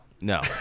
No